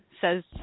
says